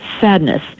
sadness